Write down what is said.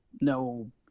No